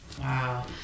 Wow